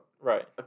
Right